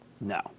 No